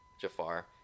Jafar